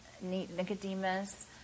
Nicodemus